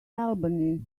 albany